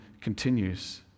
continues